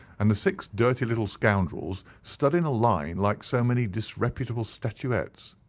and the six dirty little scoundrels stood in a line like so many disreputable statuettes.